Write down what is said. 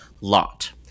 Lot